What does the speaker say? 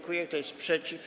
Kto jest przeciw?